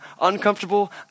uncomfortable